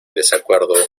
desacuerdo